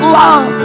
love